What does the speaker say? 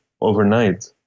overnight